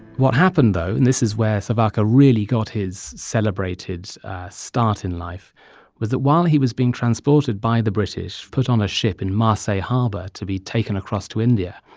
what happened, though and this is where savarkar really got his celebrated start in life was that while he was being transported by the british, put on a ship in marseille harbor to be taken across to india,